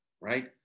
right